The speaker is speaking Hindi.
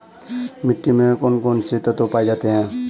मिट्टी में कौन कौन से तत्व पाए जाते हैं?